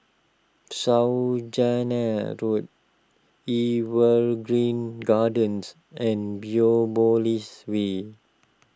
Saujana Road Evergreen Gardens and Biopolis Way